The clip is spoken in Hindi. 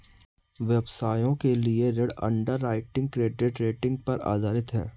व्यवसायों के लिए ऋण अंडरराइटिंग क्रेडिट रेटिंग पर आधारित है